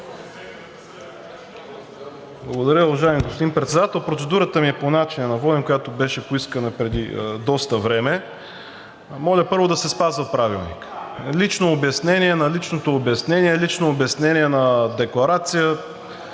Благодаря, уважаеми господин Председател. Процедурата ми е по начина на водене, която беше поискана преди доста време. Моля първо да се спазва Правилникът. Лично обяснение на личното обяснение, лично обяснение на декларация